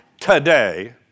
today